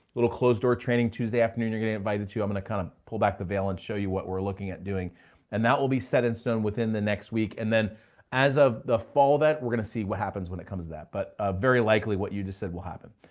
little closed door training tuesday afternoon, you're getting invited to, i'm gonna kind of pull back the veil and show you what we're looking at doing and that will be set in stone within the next week. and then as of the fall that we're gonna see what happens when it comes to that. but ah very likely what you just said will happen.